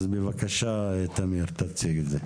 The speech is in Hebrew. אז בבקשה, תמיר, תציג את זה.